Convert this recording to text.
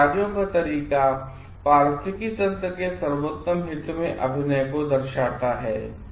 और कार्यों का तरीका पारिस्थितिकी तंत्र के सर्वोत्तम हित में अभिनय को दर्शाता है